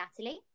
Natalie